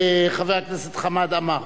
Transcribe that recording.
חבר הכנסת חמד עמאר.